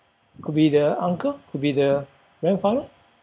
could be the uncle could be the grandfather